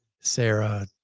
Sarah